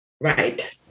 Right